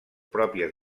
pròpies